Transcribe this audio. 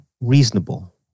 reasonable